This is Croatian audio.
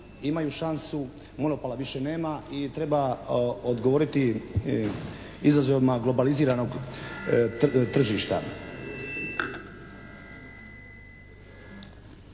imaju šansu, monopola više nema i treba odgovoriti izazovima globaliziranog tržišta.